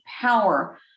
power